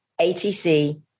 ATC